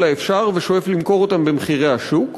האפשר ושואף למכור אותן במחירי השוק.